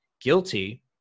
guilty